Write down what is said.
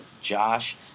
josh